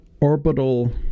orbital